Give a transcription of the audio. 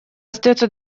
остается